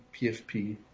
PFP